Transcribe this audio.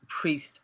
priest